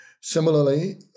Similarly